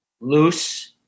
loose